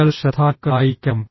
നിങ്ങൾ ശ്രദ്ധാലുക്കളായിരിക്കണം